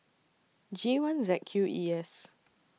G one Z Q E S